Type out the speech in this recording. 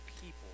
people